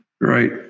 Right